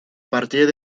partir